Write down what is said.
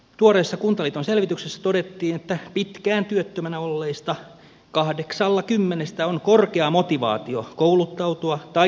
tuoreessa kuntaliiton selvityksessä todettiin että pitkään työttöminä olleista kahdeksalla kymmenestä on korkea motivaatio kouluttautua tai työllistyä